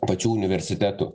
pačių universitetų